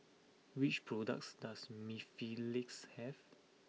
what products does Mepilex have